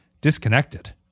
disconnected